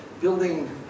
building